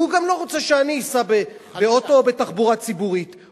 והוא גם לא רוצה שאני אסע באוטו או בתחבורה ציבורית.